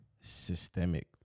systemic